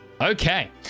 Okay